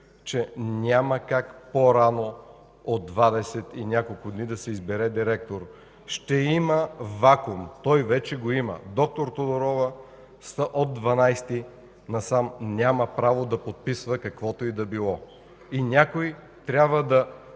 – няма как по-рано от 20 и няколко дни да се избере директор. Ще има вакуум! Вече го има. Доктор Тодорова от 12-и насам няма право да подписва каквото и да било. Някой трябва да